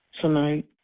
tonight